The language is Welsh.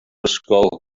ysgol